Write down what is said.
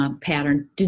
pattern